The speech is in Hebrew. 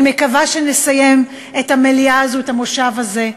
אני מקווה שנסיים את המליאה הזו, את המושב הזה,